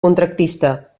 contractista